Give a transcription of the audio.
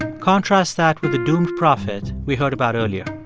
contrast that with the doomed prophet we heard about earlier.